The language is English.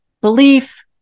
belief